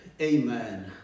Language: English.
Amen